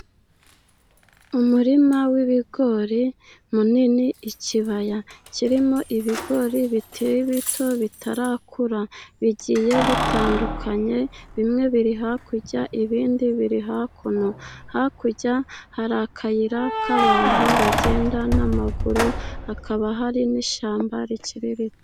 Umurima w'ibigori munini , ikibaya kirimo ibigori bikiri bito bitarakura. Bigiye bitandukanye , bimwe biri hakurya ibindi biri hakuno , hakurya hari akayira k'abantu bagenda n'amaguru , hakaba hari n'ishyamba rikiri rito.